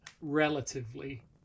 relatively